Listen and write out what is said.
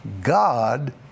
God